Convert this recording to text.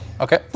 Okay